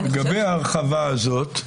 לגבי ההרחבה הזאת,